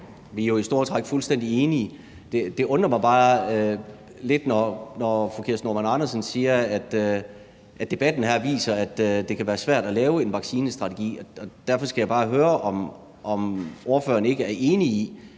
Vi er jo i store træk fuldstændig enige. Det undrer mig bare lidt, når fru Kirsten Normann Andersen siger, at debatten her viser, at det kan være svært at lave en vaccinestrategi. Derfor skal jeg bare høre, om ordføreren ikke er enig i,